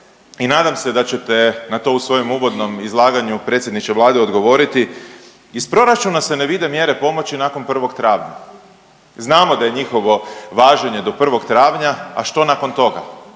i nadam se da ćete na to u svojem uvodnom izlaganju, predsjedniče Vlade, odgovoriti, iz proračuna se ne vide mjere pomoći nakon 1. travnja. Znamo da je njihovo važenje do 1. travnja, a što nakon toga?